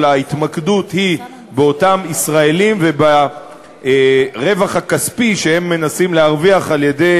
אבל ההתמקדות היא באותם ישראלים וברווח הכספי שהם מנסים להרוויח על-ידי